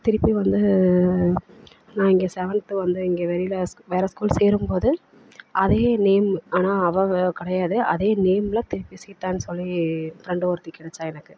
திருப்பி வந்து நான் இங்கே செவன்த்து வந்து இங்கே வெளியில் வேறு ஸ்கூல் சேரும்போது அதே நேம் ஆனால் அவள் வே கிடையாது அதே நேமில் திருப்பி சீதானு சொல்லி ஃப்ரெண்டு ஒருத்தி கிடைச்சா எனக்கு